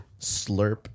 Slurp